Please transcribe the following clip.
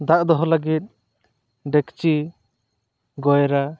ᱫᱟᱜ ᱫᱚᱦᱚ ᱞᱟᱹᱜᱤᱫ ᱰᱮᱠᱪᱤ ᱜᱚᱭᱨᱟ